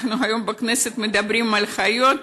אנחנו היום בכנסת מדברים על חיות,